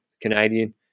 Canadian